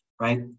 right